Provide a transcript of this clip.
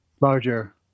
larger